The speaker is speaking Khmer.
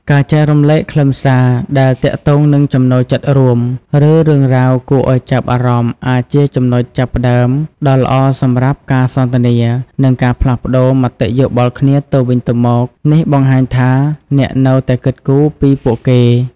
ការចែករំលែកខ្លឹមសារដែលទាក់ទងនឹងចំណូលចិត្តរួម ឬរឿងរ៉ាវគួរឱ្យចាប់អារម្មណ៍អាចជាចំណុចចាប់ផ្ដើមដ៏ល្អសម្រាប់ការសន្ទនា និងការផ្លាស់ប្ដូរមតិយោបល់គ្នាទៅវិញទៅមក នេះបង្ហាញថាអ្នកនៅតែគិតគូរពីពួកគេ។